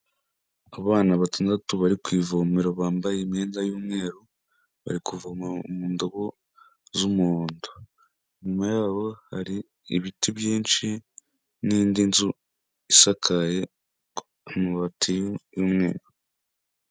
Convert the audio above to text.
Abana batandatu bari ku ivomero bambaye imyenda y'umweru, barivoma mu ngabobo z'umuhondo. Inyuma yabo hari ibiti byinshi n'indi nzu isakaye mu mabati y'umwe.